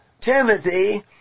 Timothy